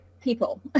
people